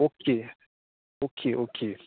okay okay okay